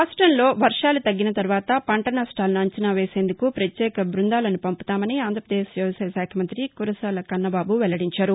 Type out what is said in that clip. రాష్టంలో వర్వాలు తగ్గిన తర్వాత పంట నష్మాలను అంచనా వేసేందుకు పత్యేక బ్బందాలను పంపుతామని ఆంధ్రాప్రదేశ్ వ్యవసాయ శాఖ మంతి కురసాల కన్నబాబు వెల్లడించారు